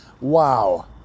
wow